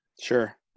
sure